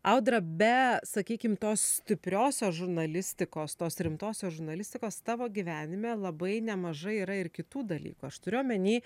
audra be sakykim tos stipriosios žurnalistikos tos rimtosios žurnalistikos tavo gyvenime labai nemažai yra ir kitų dalykų aš turiu omeny